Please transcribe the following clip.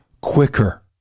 quicker